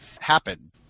happen